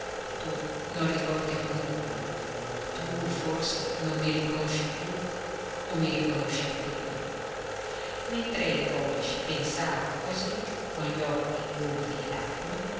tu non ricordi più nulla tu forse non mi riconosci più o mi riconosci appena mentre il golisch pensava così con gli occhi gonfi di lacrime